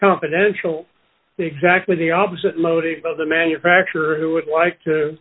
confidential exactly the opposite modibo the manufacturer who would like to